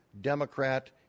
Democrat